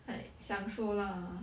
like 享受啦